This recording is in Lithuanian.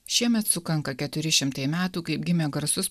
šiemet sukanka keturi šimtai metų kaip gimė garsus